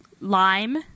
lime